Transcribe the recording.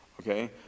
Okay